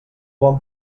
bon